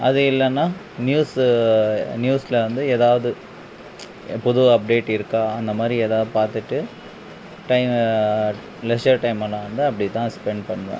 அது இல்லைனா நியூஸு நியூஸில் வந்து எதாவது பொது அப்டேட் இருக்கா அந்தமாதிரி எதா பார்த்துட்டு டைமை லெஸ்ஸர் டைமை நான் வந்து அப்படி தான் ஸ்பென்ட் பண்ணுவேன்